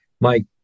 Mike